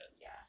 Yes